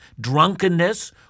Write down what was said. drunkenness